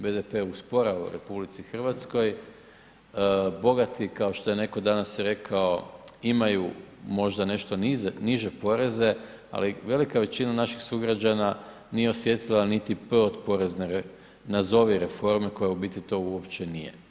BDP usporava u RH, bogati kao što je netko danas rekao, imaju možda nešto niže poreze ali velika većina naših sugrađana nije osjetili niti „p“ od porezne reforme, nazovi reforme koja u biti to uopće nije.